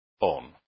on